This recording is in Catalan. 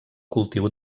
cultiu